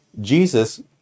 Jesus